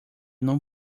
não